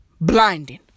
blinding